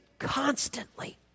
constantly